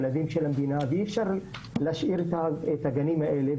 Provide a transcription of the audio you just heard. ילדים של המדינה ואי אפשר להשאיר את הגנים האלה.